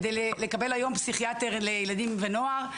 כדי לקבל היום פסיכיאטר לילדים ונוער,